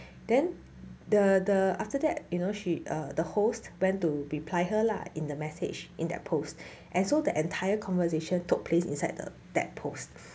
then the the after that you know she err the host went to reply her lah in the message in that post and so the entire conversation took place inside the that post